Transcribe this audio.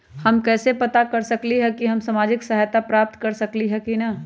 हम कैसे पता कर सकली ह की हम सामाजिक सहायता प्राप्त कर सकली ह की न?